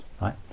right